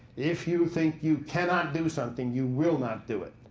if you think you cannot do something, you will not do it.